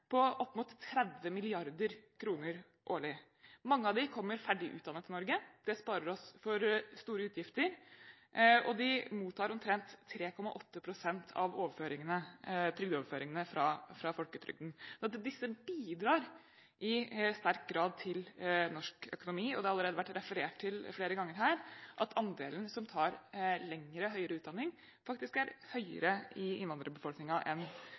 på opp mot 30 mrd. kr årlig. Mange av dem kommer ferdig utdannet til Norge. Det sparer oss for store utgifter, og de mottar omtrent 3,8 pst. av trygdeoverføringene fra folketrygden. Så disse bidrar i sterk grad til norsk økonomi, og det har allerede vært referert til flere ganger her at andelen som tar lengre høyere utdanning, faktisk er høyere i innvandrerbefolkningen enn